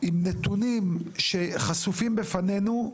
עם נתונים שחשופים בפנינו,